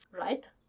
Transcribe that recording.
right